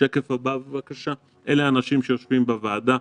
בשקף הבא ניתן לראות את האנשים היושבים בוועדה,